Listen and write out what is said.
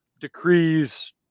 decrees